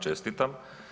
Čestitam.